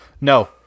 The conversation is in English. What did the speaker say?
No